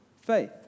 faith